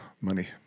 money